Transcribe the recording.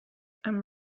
and